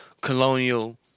Colonial